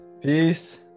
Peace